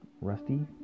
Rusty